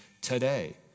today